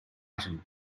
item